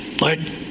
Lord